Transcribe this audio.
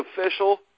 official